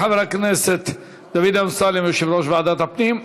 תודה לחבר הכנסת דוד אמסלם, יושב-ראש ועדת הפנים.